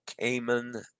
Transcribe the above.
Cayman